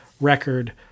record